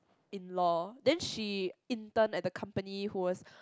in law then she intern at the company who was